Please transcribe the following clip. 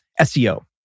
SEO